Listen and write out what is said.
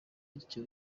bityo